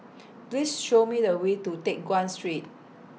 Please Show Me The Way to Teck Guan Street